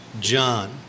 John